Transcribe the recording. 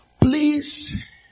Please